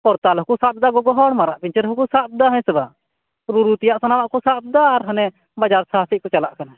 ᱠᱚᱨᱛᱟᱞ ᱦᱚᱸᱠᱚ ᱥᱟᱵ ᱫᱟ ᱜᱳᱜᱳ ᱦᱚᱲ ᱢᱟᱨᱟᱜ ᱯᱤᱧᱪᱟ ᱨ ᱦᱚᱸᱠᱚ ᱥᱟᱵ ᱫᱟ ᱦᱮᱸᱥᱮ ᱵᱟᱝ ᱨᱩᱨᱩ ᱛᱮᱭᱟᱜ ᱥᱟᱱᱟᱢᱟᱜ ᱠᱚ ᱥᱟᱵ ᱫᱟ ᱟᱨ ᱦᱟᱱᱮ ᱵᱟᱡᱟᱨ ᱥᱟᱦᱟᱥᱮᱫ ᱠᱚ ᱪᱟᱞᱟᱜ ᱠᱟᱱᱟ